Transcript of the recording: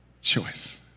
choice